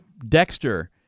dexter